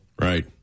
Right